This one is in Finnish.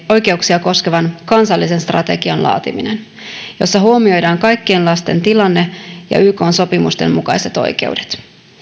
oikeuksia koskevan kansallisen strategian laatiminen jossa huomioidaan kaikkien lasten tilanne ja ykn sopimusten mukaiset oikeudet